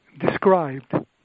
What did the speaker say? described